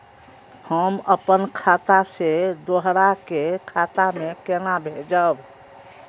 हम आपन खाता से दोहरा के खाता में केना भेजब?